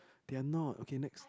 they are not okay next